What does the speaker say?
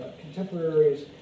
contemporaries